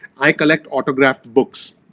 i collect autographed books.